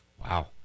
Wow